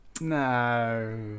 No